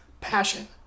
passion